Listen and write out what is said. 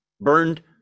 Burned